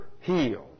healed